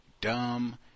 dumb